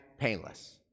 painless